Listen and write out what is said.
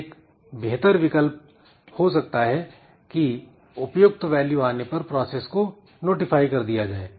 एक बेहतर विकल्प यह हो सकता है कि उपयुक्त वैल्यू आने पर प्रोसेस को नोटिफाई कर दिया जाए